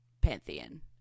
pantheon